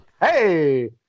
Hey